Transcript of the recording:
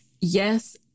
yes